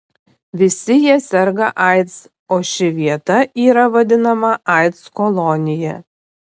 visi jie serga aids o ši vieta yra vadinama aids kolonija